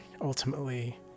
ultimately